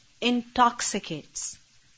intoxicates